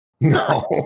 No